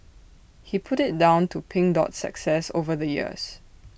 he put IT down to pink Dot's success over the years